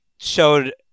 showed